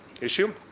issue